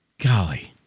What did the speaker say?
golly